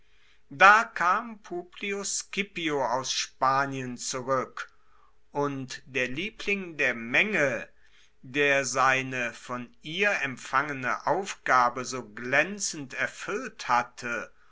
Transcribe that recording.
da kam publius scipio aus spanien zurueck und der liebling der menge der seine von ihr empfangene aufgabe so glaenzend erfuellt hatte